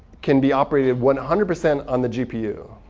can be operated one hundred percent on the gpu.